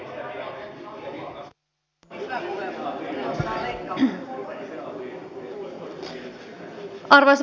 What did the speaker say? arvoisa puhemies